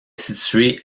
située